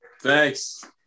Thanks